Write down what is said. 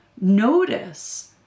notice